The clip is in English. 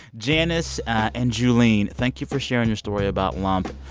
janis and juline. thank you for sharing your story about lump,